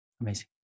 Amazing